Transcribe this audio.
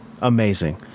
amazing